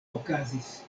okazis